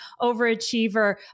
overachiever